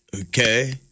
okay